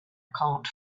can’t